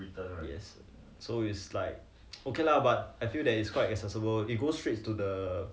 yes so is like okay lah but I feel that it's quite accessible it go straight to the